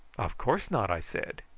of course not, i said.